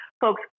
folks